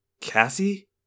Cassie